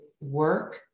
work